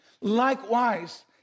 Likewise